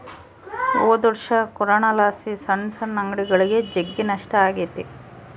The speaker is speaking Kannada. ಹೊದೊರ್ಷ ಕೊರೋನಲಾಸಿ ಸಣ್ ಸಣ್ ಅಂಗಡಿಗುಳಿಗೆ ಜಗ್ಗಿ ನಷ್ಟ ಆಗೆತೆ